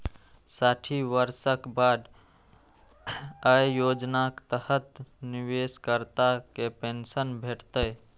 साठि वर्षक बाद अय योजनाक तहत निवेशकर्ता कें पेंशन भेटतै